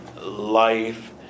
life